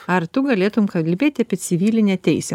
ar tu galėtum kalbėti apie civilinę teisę